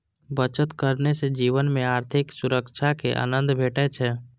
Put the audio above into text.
बचत करने सं जीवन मे अधिक सुरक्षाक आनंद भेटै छै